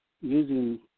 using –